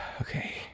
Okay